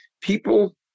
people